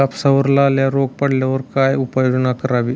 कापसावर लाल्या रोग पडल्यावर काय उपाययोजना करावी?